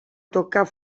tocar